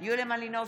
יוליה מלינובסקי,